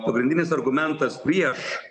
pagrindinis argumentas prieš